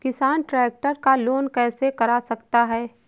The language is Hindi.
किसान ट्रैक्टर का लोन कैसे करा सकता है?